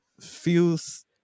feels